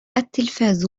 التلفاز